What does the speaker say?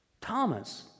Thomas